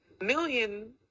million